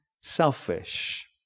selfish